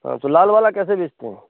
हाँ तो लाल वाला कैसे बेचते हैं